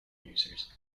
users